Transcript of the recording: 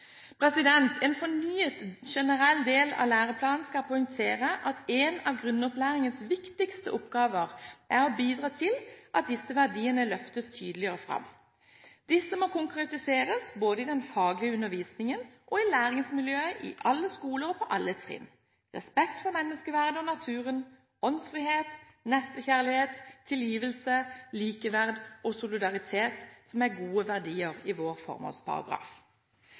En fornyet generell del av læreplanen skal poengtere at en av grunnopplæringens viktigste oppgaver er å bidra til at disse verdiene løftes tydeligere fram. Disse må konkretiseres både i den faglige undervisningen og i læringsmiljøet i alle skoler og på alle trinn: respekt for menneskeverdet og naturen, åndsfrihet, nestekjærlighet, tilgivelse, likeverd og solidaritet, som er gode verdier i vår formålsparagraf.